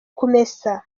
kumesa